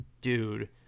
dude